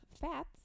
fats